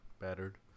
battered